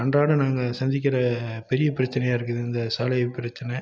அன்றாடம் நாங்கள் சந்திக்கிற பெரிய பிரச்சினையா இருக்குது இந்த சாலை பிரச்சனை